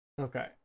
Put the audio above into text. Okay